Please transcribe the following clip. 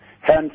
Hence